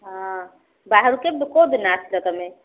ହଁ ବାହାରୁ କେବେ କୋଉଦିନ ଆସିଲ ତମେ